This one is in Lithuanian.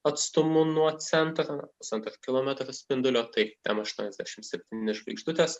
atstumu nuo centro pusantro kilometro spindulio tai m aštuoniasdešimt septyni žvaigždutės